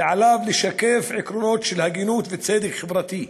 ועליו לשקף עקרונות של הגינות וצדק חברתי.